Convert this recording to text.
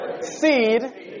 seed